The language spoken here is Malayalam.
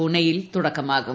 പൂനെയിൽ തുടക്കമാകും